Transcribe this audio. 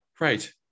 Right